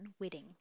Wedding